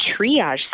Triage